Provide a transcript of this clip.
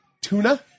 Tuna